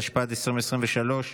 התשפ"ד 2023,